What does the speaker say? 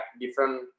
different